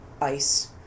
ICE